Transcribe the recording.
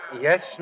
Yes